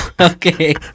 Okay